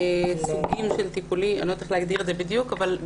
לשני סוגים של טיפולים אני לא יודעת איך להגדיר את זה בדיוק גם